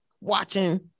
watching